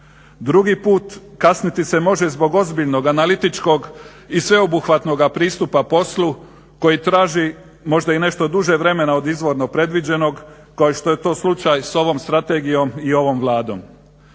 Drugi put kasniti se može zbog ozbiljnog analitičkog i sveobuhvatnog pristupa poslu koji traži možda i nešto duže vremena od izvorno predviđenog, kao što je to slučaj s ovom strategijom i ovom Vladom.